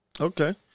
Okay